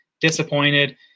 disappointed